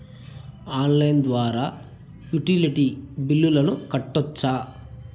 Online ద్వారా utility బిల్లులను కట్టొచ్చా?